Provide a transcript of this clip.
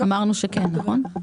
אמרנו שכן, נכון?